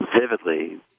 vividly